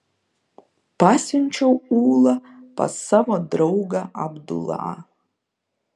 pasiunčiau ulą pas savo draugą abdulą